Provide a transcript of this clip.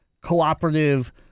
cooperative